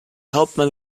hauptmann